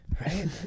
Right